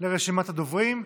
לרשימת הדוברים,